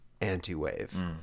anti-wave